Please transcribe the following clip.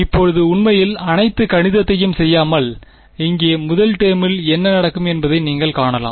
இப்போது உண்மையில் அனைத்து கணிதத்தையும் செய்யாமல் இங்கே முதல் டெர்மில் என்ன நடக்கும் என்பதை நீங்கள் காணலாம்